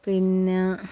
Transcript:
പിന്നെ